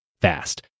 fast